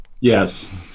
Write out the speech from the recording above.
Yes